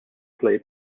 play